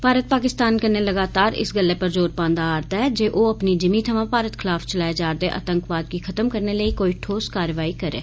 भारत पाकिस्तान कन्नै लगातार इस गल्लै पर जोर पांदा आ'रदा ऐ जे ओ अपनी जिमीं थमां भारत खलाफ चलाए जा'रदे आतंकवाद गी खत्म करने लेई कोई ढोस कारवाई करै